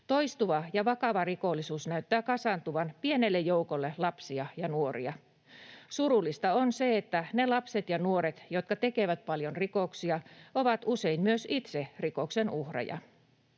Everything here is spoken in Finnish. Toistuva ja vakava rikollisuus näyttää kasaantuvan pienelle joukolle lapsia ja nuoria. Surullista on se, että ne lapset ja nuoret, jotka tekevät paljon rikoksia, ovat usein myös itse rikoksen uhreja.